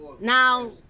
Now